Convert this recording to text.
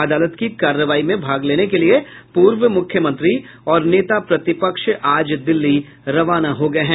अदालत की कार्रवाई में भाग लेने के लिए पूर्व मुख्यमंत्री और नेता प्रतिपक्ष आज दिल्ली रवाना हो गए हैं